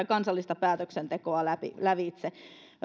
kansallista päätöksentekoa lävitse